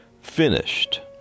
finished